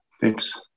Thanks